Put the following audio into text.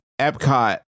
Epcot